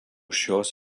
šios